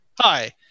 Hi